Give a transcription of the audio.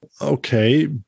Okay